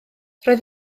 roedd